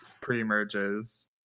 pre-merges